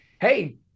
hey